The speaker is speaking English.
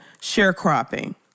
sharecropping